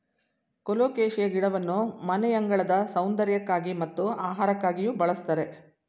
colocasia ಗಿಡವನ್ನು ಮನೆಯಂಗಳದ ಸೌಂದರ್ಯಕ್ಕಾಗಿ ಮತ್ತು ಆಹಾರಕ್ಕಾಗಿಯೂ ಬಳ್ಸತ್ತರೆ